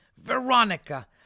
Veronica